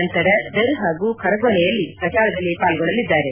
ನಂತರ ದರ್ ಹಾಗೂ ಖರಗೋನೆಯಲ್ಲಿ ಪ್ರಚಾರದಲ್ಲಿ ಪಾರ್ಗೊಳ್ಳಲಿದ್ದಾರೆ